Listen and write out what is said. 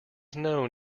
known